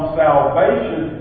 salvation